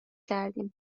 کردیم